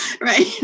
right